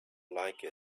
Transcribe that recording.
like